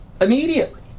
immediately